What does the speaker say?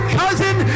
cousin